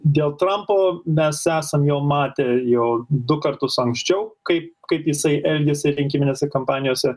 dėl trampo mes esam jau matę jo du kartus anksčiau kaip kaip jisai elgiasi rinkiminėse kampanijose